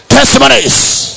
Testimonies